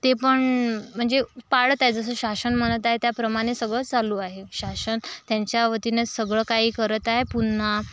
ते पण म्हणजे पाळत आहे जसं शासन म्हणत आहे त्याप्रमाणे सगळं चालू आहे शासन त्यांच्या वतीने सगळं काही करत आहे पुन्हा